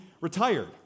retired